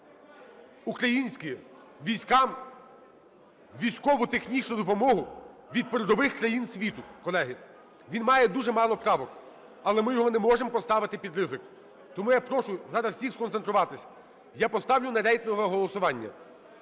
військам військово-технічну допомогу від передових країн світу, колеги. Він має дуже мало правок, але ми його не можемо поставити під ризик. Тому я прошу зараз всіх сконцентруватися. Я поставлю на рейтингове голосування.